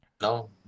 No